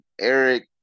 Eric